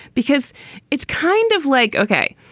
because it's kind of like, okay,